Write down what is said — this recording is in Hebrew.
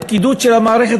הפקידות של המערכת,